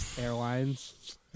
airlines